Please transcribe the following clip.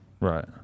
right